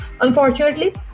Unfortunately